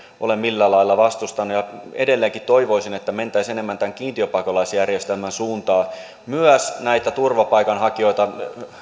ole millään lailla vastustanut ja edelleenkin toivoisin että mentäisiin enemmän tämän kiintiöpakolaisjärjestelmän suuntaan myös näitä turvapaikanhakijoita